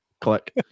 Click